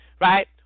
right